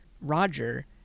Roger